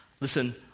listen